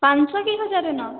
ପାଂଞ୍ଚ କି ହଜାର ନ